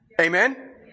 Amen